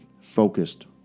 focused